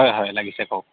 হয় হয় লাগিছে কওক